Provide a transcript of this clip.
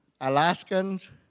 Alaskans